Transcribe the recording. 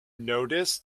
notice